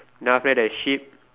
then after that the sheep